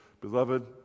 beloved